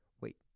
wait